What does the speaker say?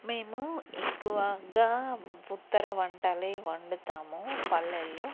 మేము ఎక్కువగా ఉత్తర వంటలే వండుతాము పల్లెల్లో